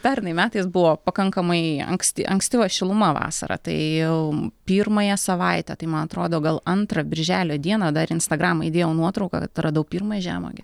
pernai metais buvo pakankamai anksti ankstyva šiluma vasarą tai jau pirmąją savaitę tai man atrodo gal antrą birželio dieną dar į instagramą įdėjau nuotrauką kad radau pirmą žemuogę